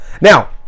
Now